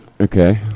Okay